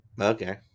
Okay